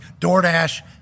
DoorDash